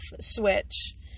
switch